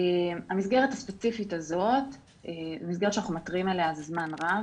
המסגרת הספציפית הזאת זו מסגרת שאנחנו מתריעים עליה זמן רב,